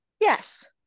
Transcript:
Yes